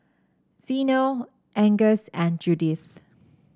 Zeno Angus and Judith